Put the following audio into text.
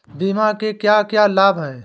बीमा के क्या क्या लाभ हैं?